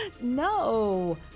No